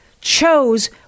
chose